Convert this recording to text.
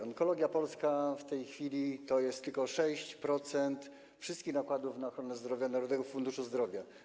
Onkologii polskiej w tej chwili przysługuje tylko 6% wszystkich nakładów na ochronę zdrowia z Narodowego Funduszu Zdrowia.